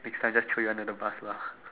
next time just throw you under the bus lah